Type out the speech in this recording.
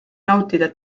nautida